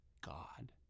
God